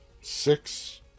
six